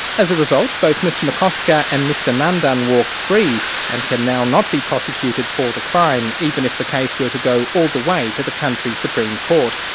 as a result, both mr mccosker and mr nandan walked free, and can now not be prosecuted for the crime, even if the case were to go all the way to the country's supreme court.